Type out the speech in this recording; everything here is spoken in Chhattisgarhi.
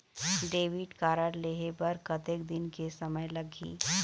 डेबिट कारड लेहे बर कतेक दिन के समय लगही?